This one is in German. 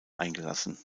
eingelassen